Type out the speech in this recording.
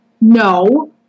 No